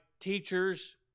teachers